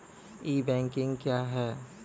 ई banking क्या हैं?